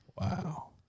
Wow